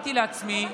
אמרתי לעצמי,